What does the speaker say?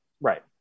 Right